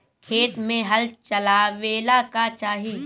खेत मे हल चलावेला का चाही?